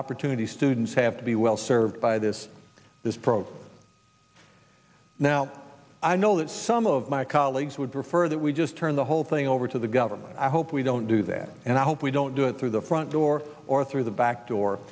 opportunity students have to be well served by this this program now i know that some of my colleagues would prefer that we just turn the whole thing over to the government i hope we don't do that and i hope we don't do it through the front door or through the back door